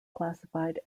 classified